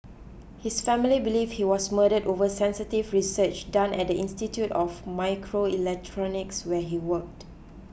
his family believe he was murdered over sensitive research done at the Institute of Microelectronics where he worked